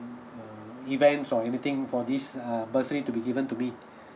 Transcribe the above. err events or anything for this uh bursary to be given to me